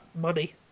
money